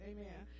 Amen